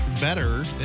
better